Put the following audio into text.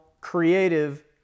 creative